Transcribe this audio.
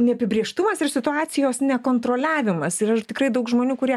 neapibrėžtumas ir situacijos nekontroliavimas ir ar tikrai daug žmonių kurie